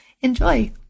Enjoy